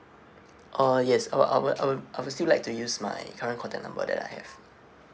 uh yes I would I would I would I would still like to use my current contact number that I have